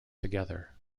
together